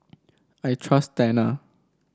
I trust Tena